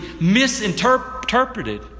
misinterpreted